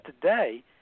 Today